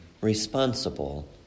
responsible